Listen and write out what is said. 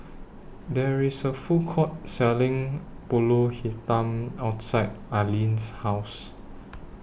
There IS A Food Court Selling Pulut Hitam outside Alleen's House